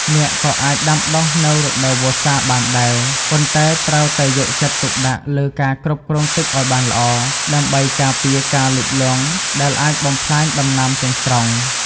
អ្នកក៏អាចដាំដុះនៅរដូវវស្សាបានដែរ ប៉ុន្តែត្រូវតែយកចិត្តទុកដាក់លើការគ្រប់គ្រងទឹកឱ្យបានល្អ ដើម្បីការពារការលិចលង់ដែលអាចបំផ្លាញដំណាំទាំងស្រុង។